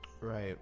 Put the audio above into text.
right